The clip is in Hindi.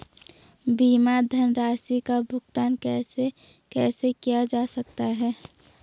बीमा धनराशि का भुगतान कैसे कैसे किया जा सकता है?